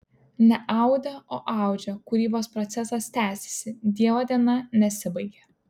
ne audė o audžia kūrybos procesas tęsiasi dievo diena nesibaigė